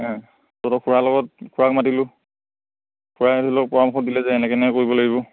তহঁতৰ খুৰাৰ লগত খুৰাক মাতিলোঁ খুৰাই ধৰি ল পৰামৰ্শ দিলে যে এনেকৈ এনেকৈ কৰিব লাগিব